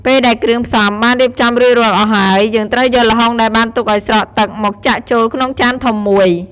ពេលដែលគ្រឿងផ្សំបានរៀបចំរួចរាល់អស់ហើយ យើងត្រូវយកល្ហុងដែលបានទុកឱ្យស្រក់ទឹកមកចាក់ចូលក្នុងចានធំមួយ។